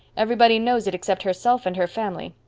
everybody knows it except herself and her family.